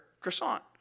croissant